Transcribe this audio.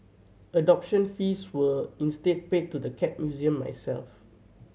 adoption fees were instead paid to the Cat Museum myself